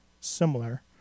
similar